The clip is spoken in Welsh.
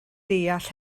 deall